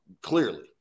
clearly